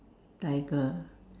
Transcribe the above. tiger